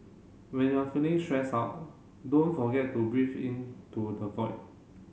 when you are feeling stressed out don't forget to breathe in to the void